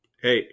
Hey